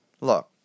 Look